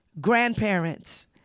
grandparents